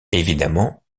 évidemment